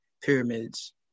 pyramids